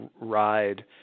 ride